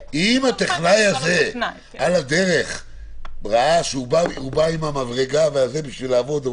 אם הטכנאי הזה על הדרך כשהוא בא עם המברגה בשביל לעבוד,